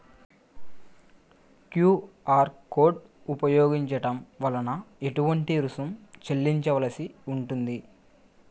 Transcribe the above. QR code ఉపయోగించటం వలన ఏటువంటి రుసుం చెల్లించవలసి ఉంటుంది?